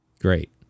Great